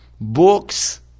books